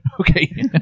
Okay